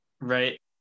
right